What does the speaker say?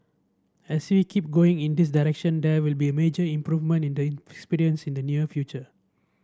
as we keep going in this direction there will be a major improvement in the experience in the near future